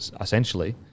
essentially